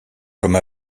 comme